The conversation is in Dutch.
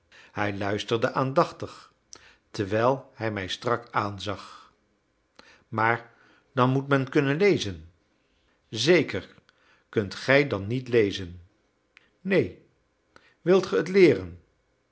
hij luisterde aandachtig terwijl hij mij strak aanzag maar dan moet men kunnen lezen zeker kunt gij dan niet lezen neen wilt gij het leeren